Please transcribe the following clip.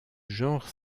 genre